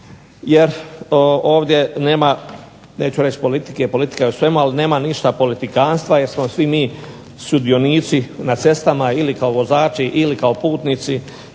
jer ovdje nema, neću reći politike, politika je u svemu. Ali nema ništa politikanstva jer smo svi mi sudionici na cestama ili kao vozači ili kao putnici